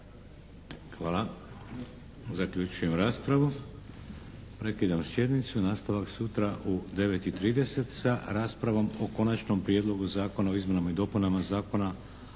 Hvala. Zaključujem raspravu. Prekidam sjednicu. Nastavak sutra u 9 i 30 sa raspravom o Konačnom prijedlogu zakona o izmjenama i dopunama Zakona